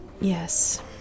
Yes